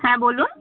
হ্যাঁ বলুন